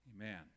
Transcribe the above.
Amen